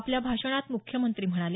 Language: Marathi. आपल्या भाषणात मुख्यमंत्री म्हणाले